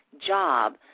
job